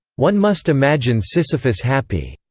one must imagine sisyphus happy.